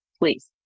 please